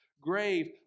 grave